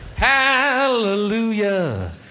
Hallelujah